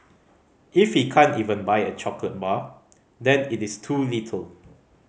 if he can't even buy a chocolate bar then it is too little